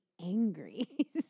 angry